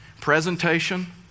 Presentation